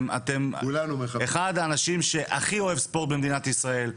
אחד האנשים שהכי אוהב ספורט במדינת ישראל.